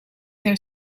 their